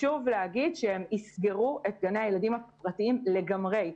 יוביל לסגירת גני הילדים הפרטיים לגמרי.